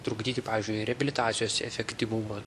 trukdyti pavyzdžiui reabilitacijos efektyvumą